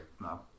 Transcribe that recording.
No